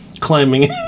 climbing